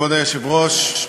כבוד היושב-ראש,